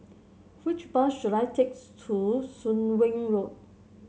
which bus should I takes to Soon Wing Road